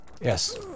Yes